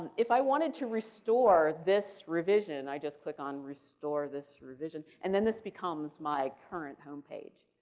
if i wanted to restore this revision, i just click on restore this revision and then this becomes my current homepage.